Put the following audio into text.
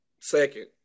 Second